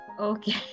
Okay